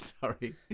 Sorry